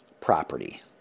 property